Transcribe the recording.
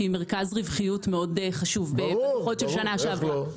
שהיא מרכז רווחיות מאוד חשוב בדוחות של שנה שעבר.